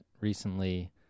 recently